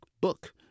book